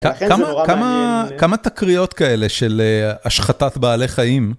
כמה כמה כמה תקריות כאלה של השחטת בעלי חיים?